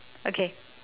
okay